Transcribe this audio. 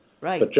Right